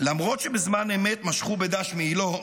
למרות שבזמן אמת משכו בדש מעילו,